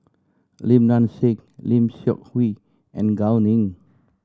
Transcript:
Lim Nang Seng Lim Seok Hui and Gao Ning